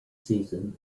season